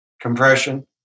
Compression